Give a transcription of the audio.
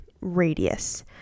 radius